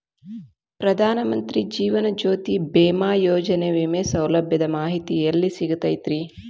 ಪ್ರಧಾನ ಮಂತ್ರಿ ಜೇವನ ಜ್ಯೋತಿ ಭೇಮಾಯೋಜನೆ ವಿಮೆ ಸೌಲಭ್ಯದ ಮಾಹಿತಿ ಎಲ್ಲಿ ಸಿಗತೈತ್ರಿ?